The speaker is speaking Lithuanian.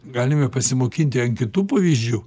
galime pasimokinti ant kitų pavyzdžiu